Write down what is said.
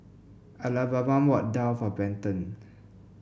Alabama bought daal for Benton